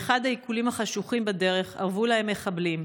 באחד העיקולים החשוכים בדרך ארבו להם מחבלים,